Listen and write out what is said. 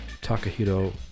Takahiro